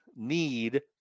need